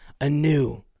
anew